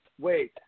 Wait